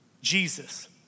Jesus